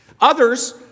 Others